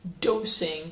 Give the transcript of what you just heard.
dosing